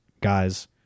guys